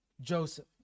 Joseph